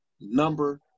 number